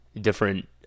different